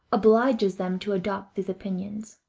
obliges them to adopt these opinions.